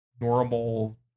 normal